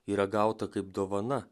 yra gauta kaip dovana